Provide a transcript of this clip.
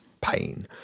pain